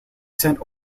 sent